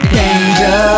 danger